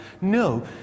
No